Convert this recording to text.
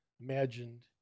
imagined